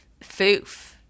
foof